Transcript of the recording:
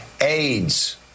AIDS